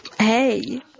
hey